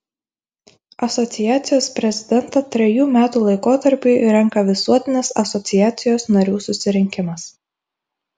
asociacijos prezidentą trejų metų laikotarpiui renka visuotinis asociacijos narių susirinkimas